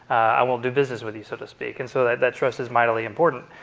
i won't do business with you so to speak. and so that that trust is mightily important.